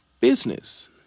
business